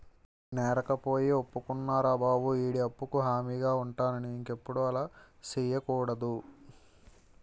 నేరకపోయి ఒప్పుకున్నారా బాబు ఈడి అప్పుకు హామీగా ఉంటానని ఇంకెప్పుడు అలా సెయ్యకూడదు